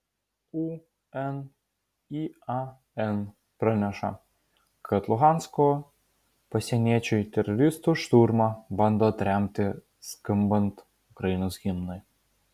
unian praneša kad lugansko pasieniečiai teroristų šturmą bando atremti skambant ukrainos himnui